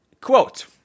Quote